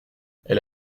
elle